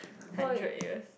hundred years